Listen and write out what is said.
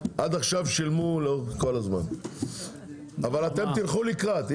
עד עכשיו שילמו כל הזמן, אבל אתם תלכו לקראת.